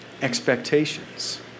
expectations